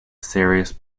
serious